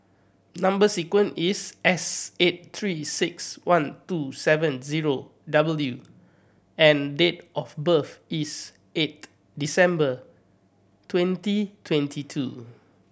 number sequence is S eight Three Six One two seven zero W and date of birth is eighth December twenty twenty two